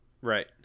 Right